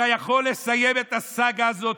אתה יכול לסיים את הסאגה הזאת,